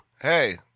hey